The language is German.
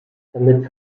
damit